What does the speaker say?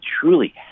truly